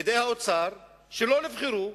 פקידי האוצר, שלא נבחרו,